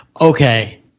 Okay